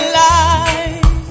life